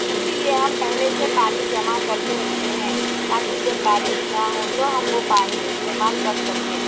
اسی لیے ہم پہلے سے پانی جمع کر کے رکھتے ہیں تا کہ جب بارش نہ ہو تو ہم وہ پانی استعمال کر سکیں